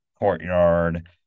Courtyard